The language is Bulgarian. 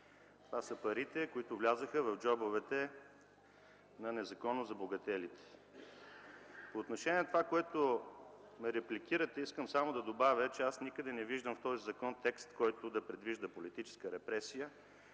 Това са парите, които влязоха в джобовете на незаконно забогателите. По отношение на това, за което ме репликирате, искам само да добавя, че никъде в закона не виждам текст, който да предвижда политическа репресия.